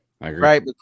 Right